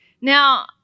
Now